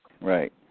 right